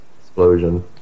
explosion